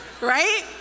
right